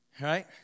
right